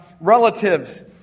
relatives